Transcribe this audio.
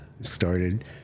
started